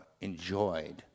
enjoyed